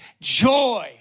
joy